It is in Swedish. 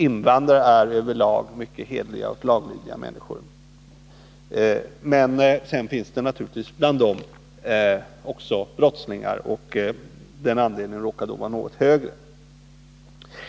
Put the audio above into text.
Invandrare är över lag mycket hederliga och laglydiga människor. Men sedan finns det naturligtvis bland dem också brottslingar, och den andelen råkar vara något högre.